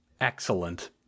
Excellent